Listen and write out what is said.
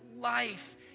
life